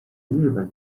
日本